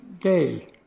day